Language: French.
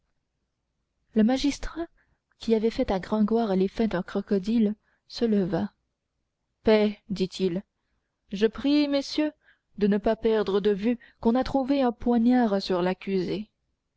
le magistrat qui avait fait à gringoire l'effet d'un crocodile se leva paix dit-il je prie messieurs de ne pas perdre de vue qu'on a trouvé un poignard sur l'accusée